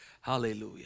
hallelujah